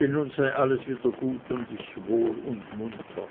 denn nun sei alles wieder gut und ich wohl und munter